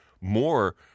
more